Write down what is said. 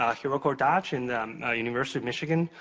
um hero cordage, in the university of michigan,